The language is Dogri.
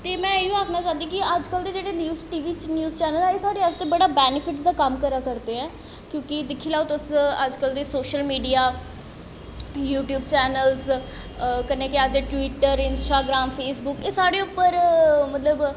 ते में इ'यो आखना चांह्दी कि अजकल्ल दे जेह्ड़े news T V news channel ऐ एह् साढ़े आस्तै बैनफिट दा कम्म करा करदे ऐं क्योंकि दिक्खी लैओ तुस अजकल्ल दे सोशल मीडिया यूटयूब चैनल्स कन्नै केह् आखदे ट्बीट्टर इंस्टाग्राम फेसबुक एह् साढ़े उप्पर मतलब